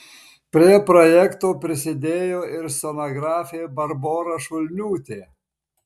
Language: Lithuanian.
prie projekto prisidėjo ir scenografė barbora šulniūtė